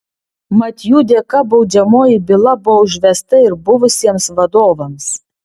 mat jų dėka baudžiamoji byla buvo užvesta ir buvusiems vadovams